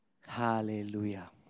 Hallelujah